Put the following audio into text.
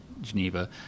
Geneva